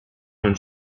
und